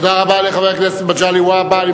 תודה רבה לחבר הכנסת מגלי והבה.